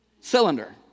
cylinder